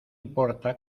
importa